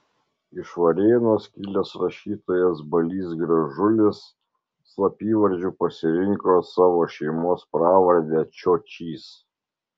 iš varėnos kilęs rašytojas balys gražulis slapyvardžiu pasirinko savo šeimos pravardę čiočys